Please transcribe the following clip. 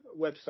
website